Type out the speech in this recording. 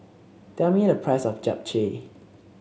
tell me the price of Japchae